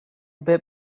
bit